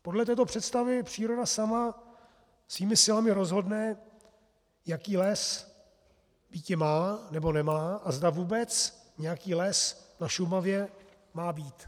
Podle této představy příroda sama svými silami rozhodne, jaký les býti má, nebo nemá a zda vůbec nějaký les na Šumavě má být.